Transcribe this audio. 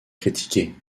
critiqué